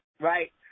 right